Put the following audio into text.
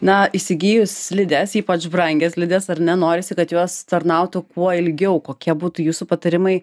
na įsigijus slides ypač brangias slides ar ne norisi kad jos tarnautų kuo ilgiau kokie būtų jūsų patarimai